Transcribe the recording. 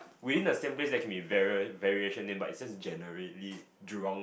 within the same place there can be varia~ variation but it's just generally Jurong